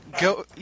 go